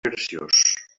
graciós